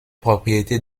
propriété